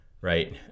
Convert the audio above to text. right